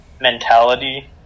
mentality